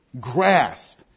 grasp